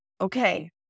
Okay